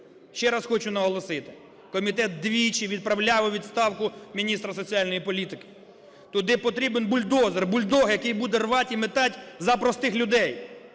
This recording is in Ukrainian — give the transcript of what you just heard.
Ще раз хочу наголосити: комітет двічі відправляв у відставку міністра соціальної політики. Туди потрібен бульдозер, бульдог, який буде рвать і метать за простих людей.